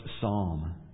psalm